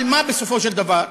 אבל מה בסופו של דבר,